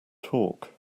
talk